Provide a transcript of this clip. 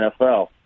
NFL